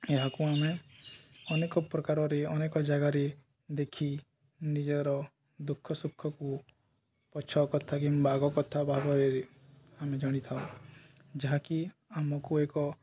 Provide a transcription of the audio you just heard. ଏହାକୁ ଆମେ ଅନେକ ପ୍ରକାରରେ ଅନେକ ଜାଗାରେ ଦେଖି ନିଜର ଦୁଃଖ ସୁଖକୁ ପଛ କଥା କିମ୍ବା ବା ଆଗ କଥା ଭାବରେ ଆମେ ଜାଣିଥାଉ ଯାହାକି ଆମକୁ ଏକ